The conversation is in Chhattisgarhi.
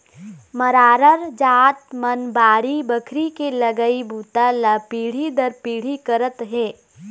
मरार जात मन बाड़ी बखरी के लगई बूता ल पीढ़ी दर पीढ़ी करत हे